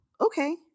okay